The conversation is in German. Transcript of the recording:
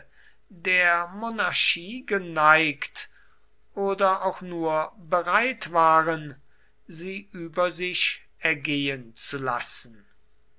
der monarchie geneigt oder auch nur bereit waren sie über sich ergehen zu lassen